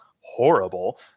horrible